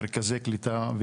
מרכזי קליטה,